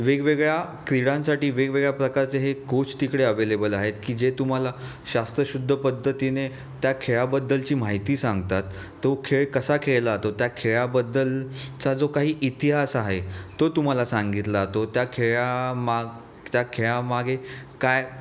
वेगवेगळ्या क्रीडांसाठी वेगवेगळ्या प्रकारचे हे कोच तिकडे अवेलेबल आहेत की जे तुम्हाला शास्त्रशुद्ध पद्धतीने त्या खेळाबद्दलची माहिती सांगतात तो खेळ कसा खेळला जातो त्या खेळाबद्दलचा जो काही इतिहास आहे तो तुम्हाला सांगितला जातो त्या खेळामाग त्या खेळामागे काय